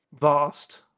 vast